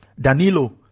danilo